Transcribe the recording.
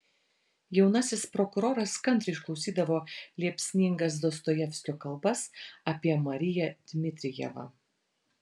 jaunasis prokuroras kantriai išklausydavo liepsningas dostojevskio kalbas apie mariją dmitrijevą